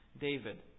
David